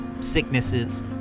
sicknesses